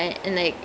mm